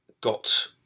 got